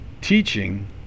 Teaching